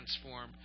transform